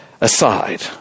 aside